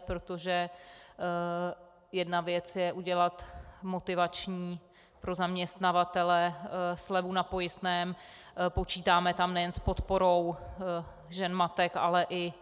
Protože jedna věc je udělat motivační pro zaměstnavatele slevu na pojistném počítáme tam nejen s podporou žen matek, ale i